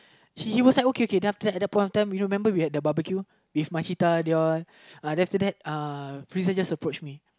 she was like okay okay then after that at that point of time you know remember we had the barbecue with Mashita they all uh then after thatuhFriza just approached me